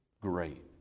great